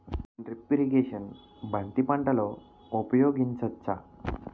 Drip irrigation బంతి పంటలో ఊపయోగించచ్చ?